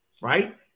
right